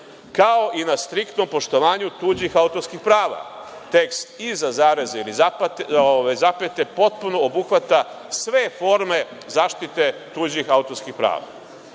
kao i na striktnom poštovanju tuđih autorskih prava, tekst iza zareza ili zapete potpuno obuhvata sve forme zaštite tuđih autorskih prava. Tako